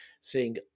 seeing